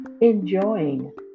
enjoying